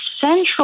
central